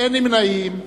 אין נמנעים.